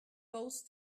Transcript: both